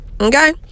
Okay